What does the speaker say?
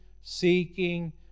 seeking